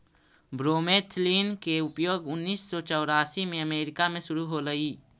bromethalin के उपयोग उन्नीस सौ चौरासी में अमेरिका में शुरु होलई